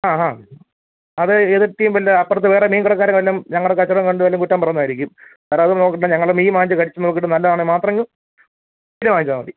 ആ ഹാ അത് ഏത് ടീം വല്ല അപ്പുറത്ത് വേറെ മീൻ കടക്കാരൻ വല്ലതും ഞങ്ങളുടെ കച്ചവടം കണ്ട് വല്ലതും കുറ്റം പറഞ്ഞതായിരിക്കും സാർ അത് നോക്കേണ്ട ഞങ്ങളുടെ മീൻ വാങ്ങിച്ചു കഴിച്ചു നോക്കിയിട്ട് നല്ലതാണെങ്കിൽ മാത്രം പിന്നെ വാങ്ങിച്ചാൽ മതി